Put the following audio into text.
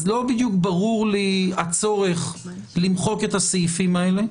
אז לא בדיוק ברור לי הצורך למחוק את הסעיפים האלה.